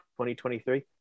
2023